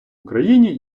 україні